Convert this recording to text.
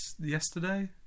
yesterday